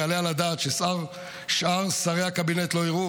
יעלה על הדעת ששאר שרי הקבינט לא יראו?